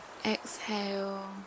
exhale